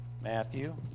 Matthew